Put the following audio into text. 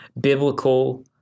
biblical